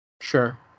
Sure